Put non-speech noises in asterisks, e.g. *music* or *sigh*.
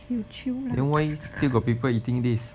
you chew lah *noise*